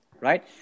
right